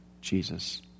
Jesus